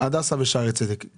ועל הדסה ושערי צדק בירושלים.